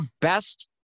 best